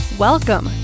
Welcome